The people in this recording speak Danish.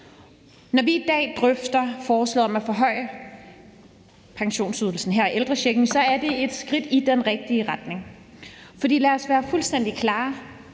Når vi i dag drøfter forslaget om at forhøje pensionsydelsen, her ældrechecken, er det et skridt i den rigtige retning. For lad os være fuldstændig klare: